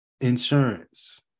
insurance